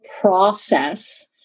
process